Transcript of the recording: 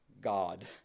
God